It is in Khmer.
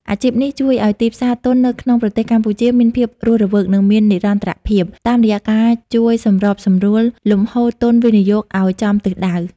អាជីពនេះជួយឱ្យទីផ្សារទុននៅក្នុងប្រទេសកម្ពុជាមានភាពរស់រវើក និងមាននិរន្តរភាព តាមរយៈការជួយសម្របសម្រួលលំហូរទុនវិនិយោគឱ្យចំទិសដៅ។